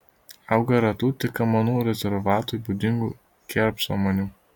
auga retų tik kamanų rezervatui būdingų kerpsamanių